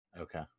Okay